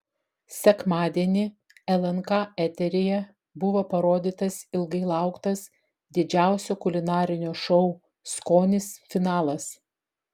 sekmadienį lnk eteryje buvo parodytas ilgai lauktas didžiausio kulinarinio šou skonis finalas